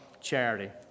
charity